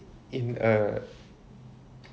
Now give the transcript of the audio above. in a